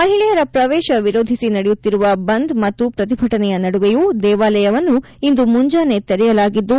ಮಹಿಳೆಯರ ಪ್ರವೇಶ ವಿರೋಧಿಸಿ ನಡೆಯುತ್ತಿರುವ ಬಂದ್ ಮತ್ತು ಪ್ರತಿಭಟನೆಯ ನಡುವೆಯೂ ದೇವಾಲಯವನ್ನು ಇಂದು ಮುಂಜಾನೆ ತೆರೆಯಲಾಗಿದ್ದು